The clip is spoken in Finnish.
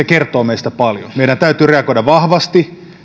kertoo meistä paljon meidän täytyy reagoida vahvasti